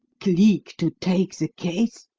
cleek to take the case?